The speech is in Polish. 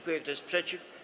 Kto jest przeciw?